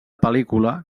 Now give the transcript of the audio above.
pel·lícula